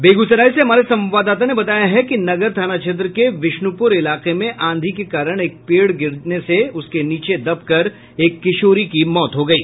बेगूसराय से हमारे संवाददाता ने बताया है कि नगर थाना क्षेत्र के विष्णुपुर इलाके में आंधी के कारण एक पेड़ गिरने से उसके नीचे दब कर एक किशोरी की मौत हो गयी